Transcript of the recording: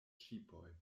ŝipoj